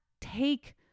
take